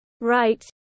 right